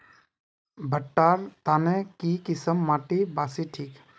भुट्टा र तने की किसम माटी बासी ठिक?